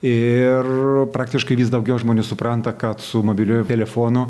ir praktiškai vis daugiau žmonių supranta kad su mobiliuoju telefonu